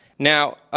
now,